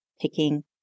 picking